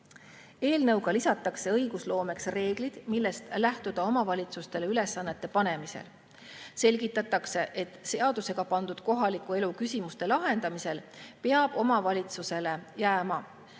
Eelnõuga lisatakse õigusloomeks reeglid, millest lähtuda omavalitsustele ülesannete panemisel. Selgitatakse, et seadusega pandud kohaliku elu küsimuste lahendamisel peab omavalitsusele jääma